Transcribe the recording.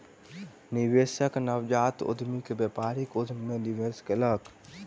निवेशक नवजात उद्यमी के व्यापारिक उद्यम मे निवेश कयलक